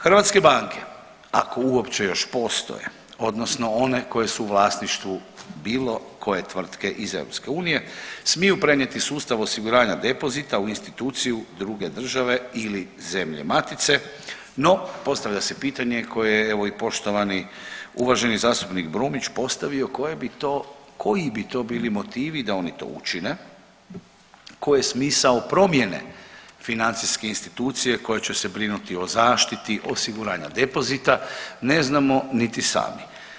Hrvatske banke ako uopće još postoje odnosno one koje su u vlasništvu bilo koje tvrtke iz EU smiju prenijeti sustav osiguranja depozita u instituciju druge države ili zemlje matice no postavlja se pitanje koje je evo i poštovani, uvaženi zastupnik Brumnić postavio, koje bi to, koji bi to bili motivi da oni to učine, koji je smisao promjene financijske institucije koja će se brinuti o zaštiti osiguranja depozita ne znamo niti sami.